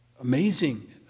Amazing